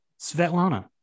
Svetlana